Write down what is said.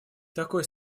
такой